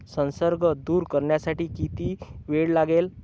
संसर्ग दूर करण्यासाठी किती वेळ लागेल?